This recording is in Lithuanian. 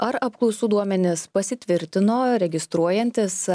ar apklausų duomenys pasitvirtino registruojantis